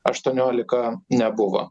aštuoniolika nebuvo